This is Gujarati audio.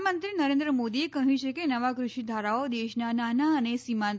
પ્રધાનમંત્રી નરેન્દ્ર મોદીએ કહ્યું છે કે નવા કૃષિ ધારાઓ દેશના નાના અને સિંમાત